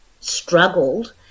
struggled